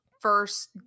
First